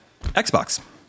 Xbox